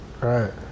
Right